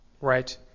Right